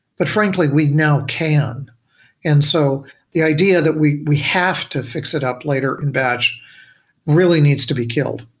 but frankly, we now can and so the idea that we we have to fix it up later in batch really needs to be killed.